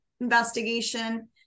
investigation